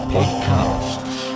Podcasts